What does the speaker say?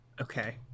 Okay